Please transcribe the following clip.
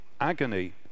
agony